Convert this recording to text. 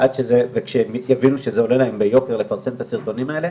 כשהם יבינו שעולה להם ביוקר לפרסם את הפרסומים האלה